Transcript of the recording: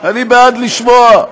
אתה רוצה שנענה?